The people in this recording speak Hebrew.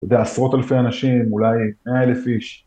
זה עשרות אלפי אנשים, אולי מאה אלף איש.